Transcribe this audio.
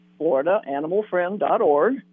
FloridaAnimalFriend.org